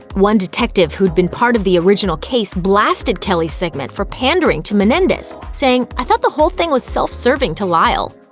one detective who'd been part of the original case blasted kelly's segment for pandering to menendez, saying, i thought the whole thing was self-serving to lyle.